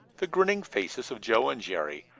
the grinning faces of joe and jerry,